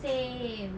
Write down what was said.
same